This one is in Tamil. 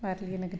வரலியே எனக்கு